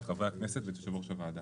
את חברי הכנסת ואת יושב ראש הועדה.